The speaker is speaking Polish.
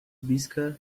bliska